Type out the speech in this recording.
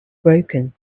broken